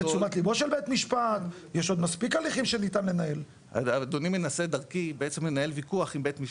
אני הגורם המשלם,